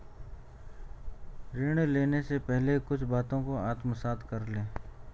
ऋण लेने से पहले कुछ बातों को आत्मसात कर लें